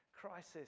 crisis